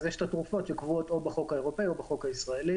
אז יש את התרופות שקבועות או בחוק האירופאי או בחוק הישראלי.